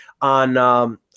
on –